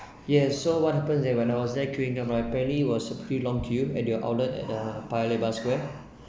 yes so what happens there when I was there queueing up apparently it was a pretty long queue at your outlet at uh Paya Lebar square